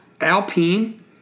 Alpine